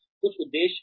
कुछ उद्देश्य फिर से